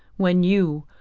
when you,